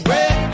Red